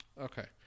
Okay